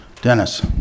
Dennis